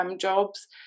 jobs